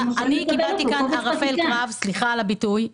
אני קיבלתי כאן ערפל קרב, סליחה על הביטוי,